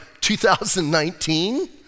2019